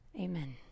Amen